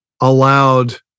allowed